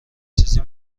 چیزی